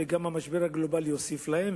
וגם המשבר הגלובלי הוסיף להן,